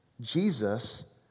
Jesus